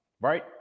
right